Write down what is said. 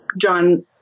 John